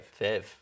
Fev